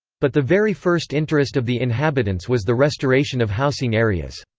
but the very first interest of the inhabitants was the restoration of housing areas.